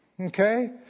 Okay